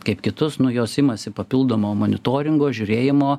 kaip kitus nu jos imasi papildomo monitoringo žiūrėjimo